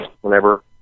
whenever